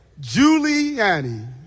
Giuliani